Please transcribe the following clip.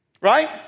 Right